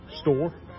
store